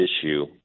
issue